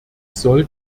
sollen